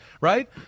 right